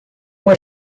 uma